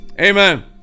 Amen